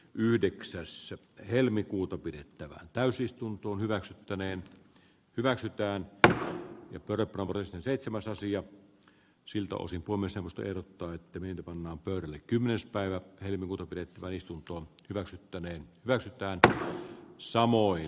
yhdeksäs helmikuuta pidettävään täysistunto hyväksyttäneen hyväksytään tänään ja korko oli seitsemän sasi ja siltä osin kolmessa noteerataan kemiin pannaan pöydälle kymmenes päivä helmikuuta pidettävään istuntoon hyväksyttäneen vältytäänkö samoin